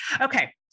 Okay